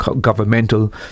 governmental